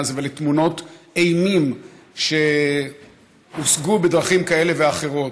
הזה ולתמונות אימים שהושגו בדרכים כאלה ואחרות.